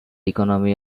economy